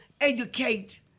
educate